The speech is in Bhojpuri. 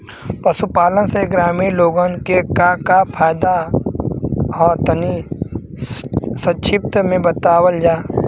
पशुपालन से ग्रामीण लोगन के का का फायदा ह तनि संक्षिप्त में बतावल जा?